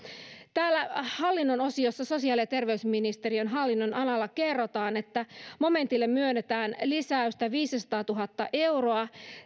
täällä hallinnon osiossa sosiaali ja terveysministeriön hallinnonalalla kerrotaan että momentille myönnetään lisäystä viisisataatuhatta euroa